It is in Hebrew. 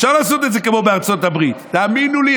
אפשר לעשות את זה כמו בארצות הברית, תאמינו לי.